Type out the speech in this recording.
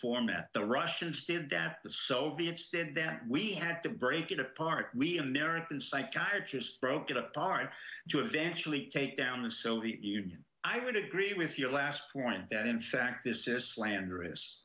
format the russians did that the soviets did that we had to break it apart we americans thank god just broke it apart to eventually take down the soviet union i would agree with your last point that in fact this is slanderous